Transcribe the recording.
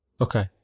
Okay